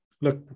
look